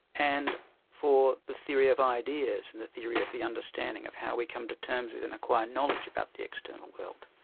and for the theory of ideas and the theory of the understanding of how we come to terms with and acquire knowledge about the external world.